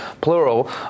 plural